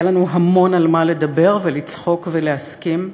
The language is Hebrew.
היה לנו המון על מה לדבר ולצחוק ולהסכים.